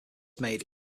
made